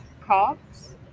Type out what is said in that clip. cops